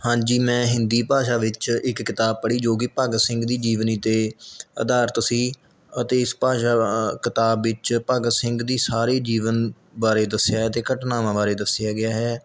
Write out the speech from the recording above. ਹਾਂਜੀ ਮੈਂ ਹਿੰਦੀ ਭਾਸ਼ਾ ਵਿੱਚ ਇੱਕ ਕਿਤਾਬ ਪੜ੍ਹੀ ਜੋ ਕਿ ਭਗਤ ਸਿੰਘ ਦੀ ਜੀਵਨੀ 'ਤੇ ਆਧਾਰਿਤ ਸੀ ਅਤੇ ਇਸ ਭਾਸ਼ਾ ਕਿਤਾਬ ਵਿੱਚ ਭਗਤ ਸਿੰਘ ਦੀ ਸਾਰੀ ਜੀਵਨ ਬਾਰੇ ਦੱਸਿਆ ਹੈ ਅਤੇ ਘਟਨਾਵਾਂ ਬਾਰੇ ਦੱਸਿਆ ਗਿਆ ਹੈ